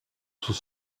sous